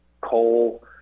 Coal